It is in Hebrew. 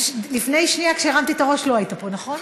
לפני שנייה, כשהרמתי את הראש, לא היית פה, נכון?